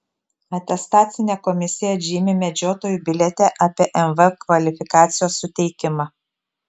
atestacinė komisija atžymi medžiotojų biliete apie mv kvalifikacijos suteikimą